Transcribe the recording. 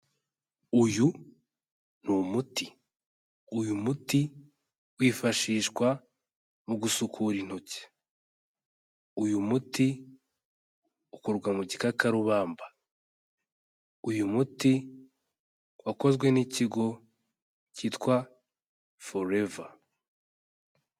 Uyu ni umuti. Uyu muti wifashishwa mu gusukura intoki. Uyu muti ukorwa mu gikakarubamba. Uyu muti wakozwe n'ikigo cyitwa Forever.